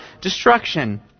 destruction